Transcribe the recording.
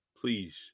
Please